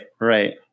Right